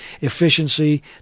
efficiency